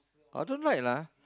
I don't like lah